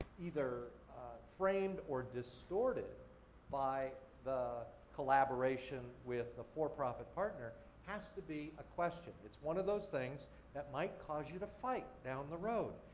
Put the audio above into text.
either framed or distorted by the collaboration with the for-profit partner has to be a question. it's one of those things that might cause you to fight down the road.